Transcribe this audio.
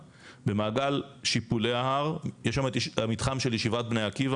במעגל שיפולי ההר יש מתחם של ישיבת בני עקיבא,